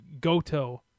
Goto